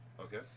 Okay